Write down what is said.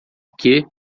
que